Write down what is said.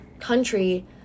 country